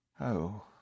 Oh